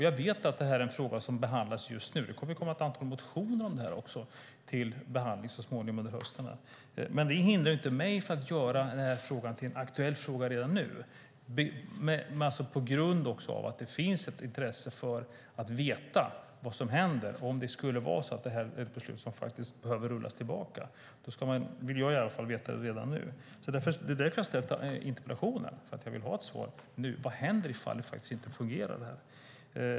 Jag vet att denna fråga behandlas just nu och att ett antal motioner kommer till behandling under hösten, men det hindrar inte mig från att aktualisera frågan redan nu. Det finns ett intresse av att veta vad som händer om beslutet skulle behöva tas tillbaka, och jag vill gärna veta det redan nu. Jag har ställt interpellationen för att jag vill ha ett svar. Vad händer om det inte fungerar?